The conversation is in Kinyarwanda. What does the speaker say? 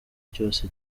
cyose